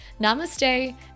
namaste